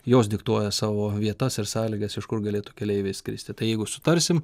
jos diktuoja savo vietas ir sąlygas iš kur galėtų keleiviai skristi tai jeigu sutarsim